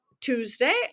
Tuesday